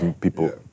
people